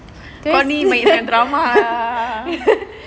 kau ni banyakkan drama